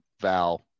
Val